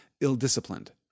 ill-disciplined